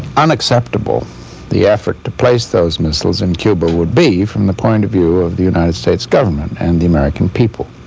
unacceptable the effort to place those missiles in cuba would be from the point of view of the united states government and the american people.